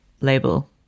label